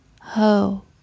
Ho